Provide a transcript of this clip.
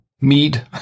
mead